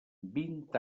vint